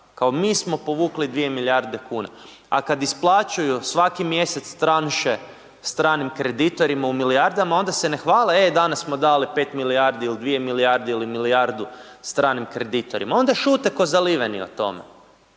Kao mi smo povukli 2 milijarde kuna, a kad isplaćuju svaki mjesec tranše stranim kreditorima u milijardama, onda se ne hvale, e, danas smo dali 5 milijardi ili 2 milijarde ili milijardu stranim kreditorima. Onda šute kao zaliveni o tome.